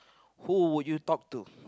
who would you talk to